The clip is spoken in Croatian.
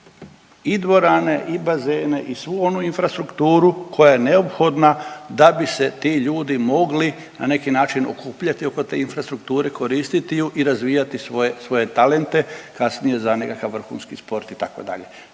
i dvorane i bazene i svu onu infrastrukturu koja je neophodna da bi se ti ljudi mogli na neki način okupljati oko te infrastrukture, koristiti ju i razvijati svoje, svoje talente kasnije za nekakav vrhunski sport itd.